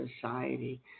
society